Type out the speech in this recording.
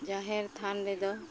ᱡᱟᱦᱮᱨ ᱛᱷᱟᱱ ᱨᱮᱫᱚ